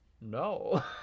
no